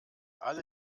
alle